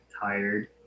tired